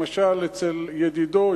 למשל אצל ידידו,